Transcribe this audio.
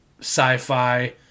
sci-fi